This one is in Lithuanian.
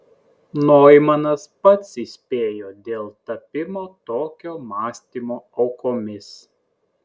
noimanas pats įspėjo dėl tapimo tokio mąstymo aukomis